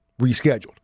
rescheduled